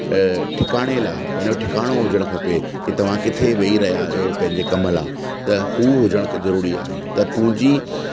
ठिकाणे लाइ पंहिंजो ठिकाणो हुजणु खपे कि तव्हां किथे वेही रहिया आहियो पंहिंजे कम लाइ त हू हुजण ज़रूरी आहे त पूंजी